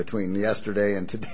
between yesterday and today